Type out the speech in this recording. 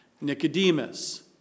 Nicodemus